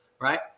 right